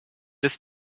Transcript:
ist